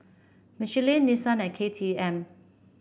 Michelin Nissan and K T M